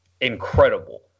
incredible